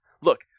Look